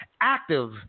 active